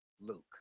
Luke